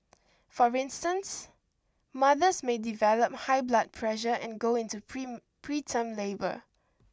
for instance mothers may develop high blood pressure and go into preterm labour